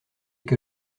que